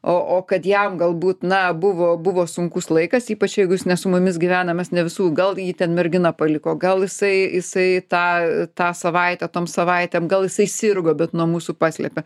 o o kad jam galbūt na buvo buvo sunkus laikas ypač jeigu jis ne su mumis gyvena mes ne visų gal ji ten mergina paliko gal jisai jisai tą tą savaitę tom savaitėm gal jisai sirgo bet nuo mūsų paslėpė